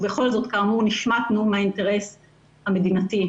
ובכל זאת, כאמור, נשמטנו מהאינטרס המדינתי.